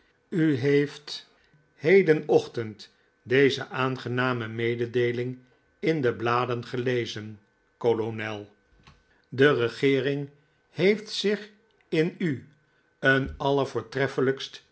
u heeft hedenochtend deze aangename mededeeling in de bladen gelezen kolonel de regeering heeft zich in u een